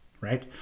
right